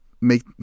make